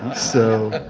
so.